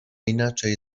inaczej